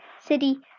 city